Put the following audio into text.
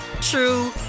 true